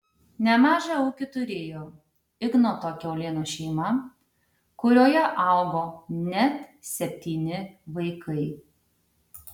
nemažą ūkį turėjo ignoto kiaulėno šeima kurioje augo net septyni vaikai